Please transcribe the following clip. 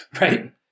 right